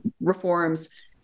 reforms